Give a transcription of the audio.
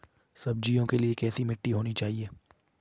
सब्जियों के लिए कैसी मिट्टी होनी चाहिए?